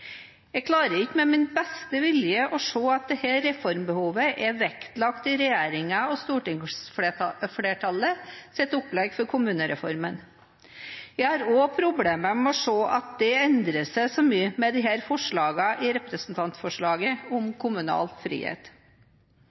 Jeg klarer ikke med min beste vilje å se at dette reformbehovet er vektlagt i regjeringens og stortingsflertallets opplegg for kommunereformen. Jeg har også problemer med å se at det endrer seg så mye med forslagene i dette representantforslaget om kommunal frihet.